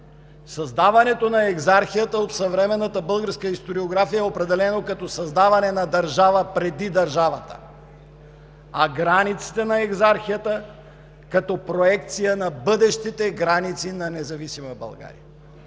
Създаването на Екзархията от съвременната българска историография е определено като създаване на държава преди държавата, а границите на Екзархията – като проекция на бъдещите граници на независима България.